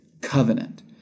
covenant